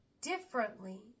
differently